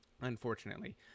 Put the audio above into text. Unfortunately